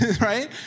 right